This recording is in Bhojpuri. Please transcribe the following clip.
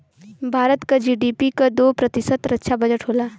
भारत क जी.डी.पी क दो प्रतिशत रक्षा बजट होला